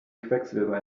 quecksilber